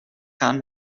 gaan